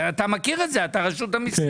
אתה מכיר את זה אתה רשות המיסים,